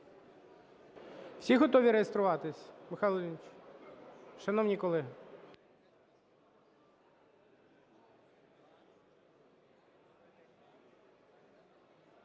Всі готові реєструватись?